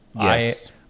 Yes